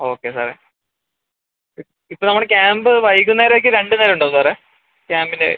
okay സാറെ ഇപ്പോൾ നമ്മൾ ക്യാമ്പ് വൈകുന്നേരം ആക്കിയോ രണ്ട് നേരം ഉണ്ടോ സാറെ ക്യാമ്പിൻ്റെ